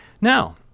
Now